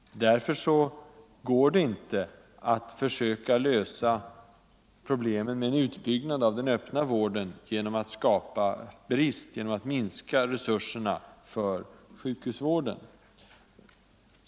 Därför går det inte att försöka lösa problemen med en utbyggnad av den öppna vården genom att minska resurserna och därmed skapa en brist för sjukhusvården.